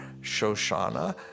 Shoshana